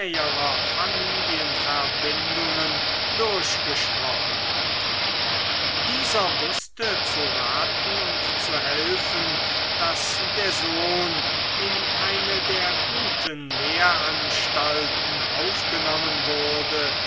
familienverbindungen durchgesprochen hatte dieser wußte zu raten und zu helfen daß der sohn in eine der guten lehranstalten aufgenommen wurde